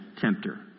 tempter